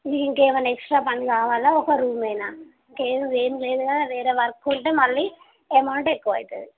ఇంకేమమైనా extra పని కావాలా ఒక రూమేనా ఇంకేం ఏమి లేదుగా వేరే వర్క్ ఉంటే మళ్ళీ అమౌంట్ ఎక్కువైతుంది